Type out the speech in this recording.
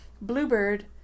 Bluebird